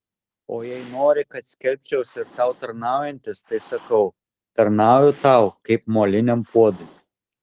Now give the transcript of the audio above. o jei nori kad skelbčiausi ir tau tarnaujantis tai sakau tarnauju tau kaip moliniam puodui